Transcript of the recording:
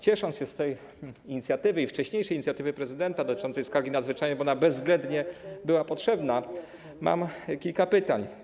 Ciesząc się z tej inicjatywy i wcześniejszej inicjatywy prezydenta dotyczącej skargi nadzwyczajnej, która bezwzględnie była potrzebna, mam kilka pytań.